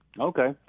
Okay